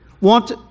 want